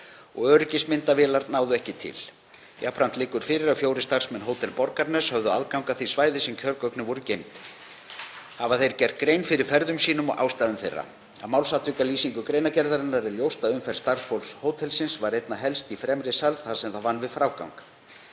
og öryggismyndavélar náðu ekki til. Jafnframt liggur fyrir að fjórir starfsmenn Hótels Borgarness höfðu aðgang að því svæði þar sem kjörgögnin voru geymd. Hafa þeir gert grein fyrir ferðum sínum og ástæðum þeirra. Af málsatvikalýsingu greinargerðarinnar er ljóst að umferð starfsfólks hótelsins var einna helst í fremri sal þar sem það vann við frágang.